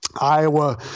Iowa